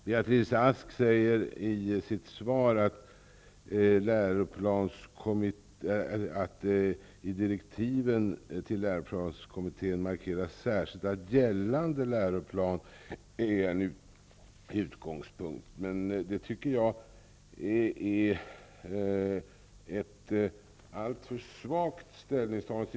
Beatrice Ask säger i sitt svar att det i direktiven till läroplanskommittén markeras särskilt att gällande läroplan är en utgångspunkt. Men det tycker jag är ett alltför svagt ställningstagande.